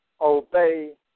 Obey